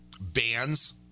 bands